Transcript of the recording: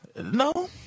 No